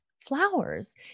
flowers